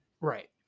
Right